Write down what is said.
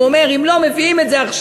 הוא אומר: אם לא מביאים את זה עכשיו,